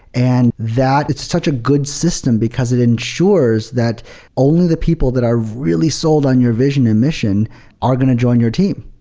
and it's such a good system, because it ensures that only the people that are really sold on your vision and mission are going to join your team,